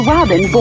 Robin